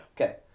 Okay